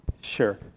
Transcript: Sure